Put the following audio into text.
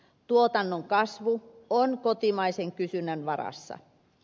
tuotannon kasvu on kotimaisen kysynnän varassa